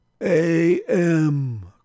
A.M